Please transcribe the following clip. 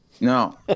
No